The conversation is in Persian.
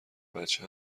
بچه